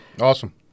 Awesome